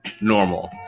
normal